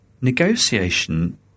negotiation